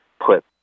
put